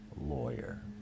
lawyer